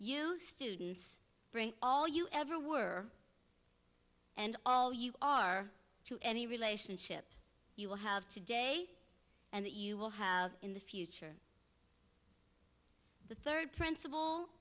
you students bring all you ever were and all you are to any relationship you will have today and that you will have in the future the third principle